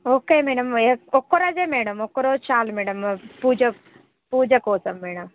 okay madam వ ఒక్కరోజే madam ఒక్కరోజు చాలు మేడమ్ పూజ పూజ కోసం మేడమ్